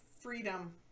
freedom